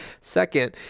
Second